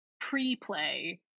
pre-play